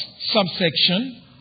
subsection